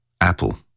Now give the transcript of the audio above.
Apple